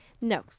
No